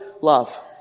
love